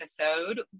episode